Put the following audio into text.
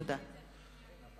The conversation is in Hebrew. הצעת חבר הכנסת דב חנין.